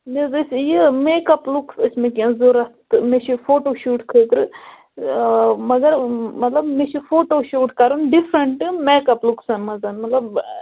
مےٚ حظ ٲسۍ یہِ میک اپ لُکُس ٲسۍ مےٚ کیٚنہہ ضوٚرَتھ تہٕ مےٚ چھِ فوٹوٗشوٗٹ خٲطرٕ مگر مطلب مےٚ چھِ فوٹوٗشوٗٹ کَرُن ڈِفرَنٛٹ میک اپ لُکسَن منٛز مطلب